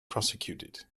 prosecuted